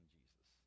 Jesus